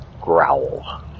growl